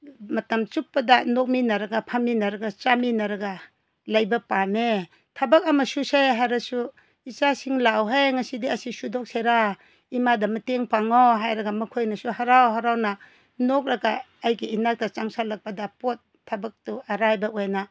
ꯃꯇꯝ ꯆꯨꯞꯄꯗ ꯅꯣꯛꯃꯤꯟꯅꯔꯒ ꯐꯝꯃꯤꯟꯅꯔꯒ ꯆꯥꯃꯤꯟꯅꯔꯒ ꯂꯩꯕ ꯄꯥꯝꯃꯦ ꯊꯕꯛ ꯑꯃ ꯁꯨꯁꯦ ꯍꯥꯏꯔꯁꯨ ꯏꯆꯥꯁꯤꯡ ꯂꯥꯛꯎꯍꯦ ꯉꯁꯤꯗꯤ ꯑꯁꯤ ꯁꯨꯗꯣꯛꯁꯤꯔꯥ ꯏꯃꯥꯗ ꯃꯇꯦꯡ ꯄꯥꯡꯉꯣ ꯍꯥꯏꯔꯒ ꯃꯈꯣꯏꯅꯁꯨ ꯍꯔꯥꯎ ꯍꯔꯥꯎꯅ ꯅꯣꯛꯂꯒ ꯑꯩꯒꯤ ꯏꯅꯥꯛꯇ ꯆꯪꯁꯜꯂꯛꯄꯗ ꯄꯣꯠ ꯊꯕꯛꯇꯨ ꯑꯔꯥꯏꯕ ꯑꯣꯏꯅ